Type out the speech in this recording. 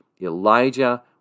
Elijah